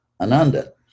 ananda